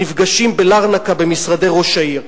נפגשים בלרנקה במשרדי ראש העיר.